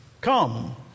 Come